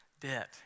debt